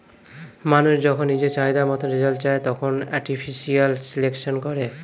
মানুষ যখন নিজের চাহিদা মতন রেজাল্ট চায়, তখন আর্টিফিশিয়াল সিলেকশন করে